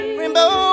rainbow